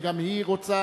אם גם היא רוצה,